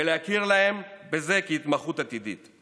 ולהכיר להם בזה כהתמחות עתידית.